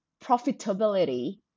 profitability